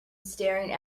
staring